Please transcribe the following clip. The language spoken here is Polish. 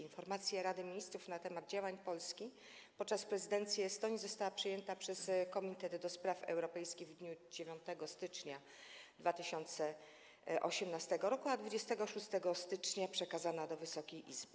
Informacja Rady Ministrów na temat działań Polski podczas prezydencji Estonii została przyjęta przez Komitet do Spraw Europejskich w dniu 9 stycznia 2018 r., a 26 stycznia przekazana do Wysokiej Izby.